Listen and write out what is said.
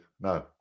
No